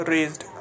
Raised